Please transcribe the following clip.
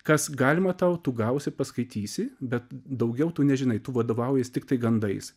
kas galima tau tu gausi paskaitysi bet daugiau tu nežinai tu vadovaujies tiktai gandais